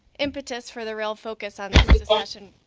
impetus for the real focus on ah so and